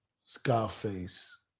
Scarface